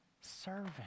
Servant